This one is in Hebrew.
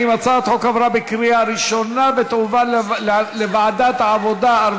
מנחם אליעזר מוזס, אינו נוכח.